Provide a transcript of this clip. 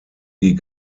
die